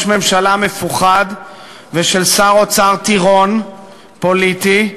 ממשלה מפוחד ושל שר אוצר טירון פוליטי.